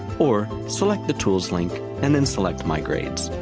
or select the tools link, and then select my grades.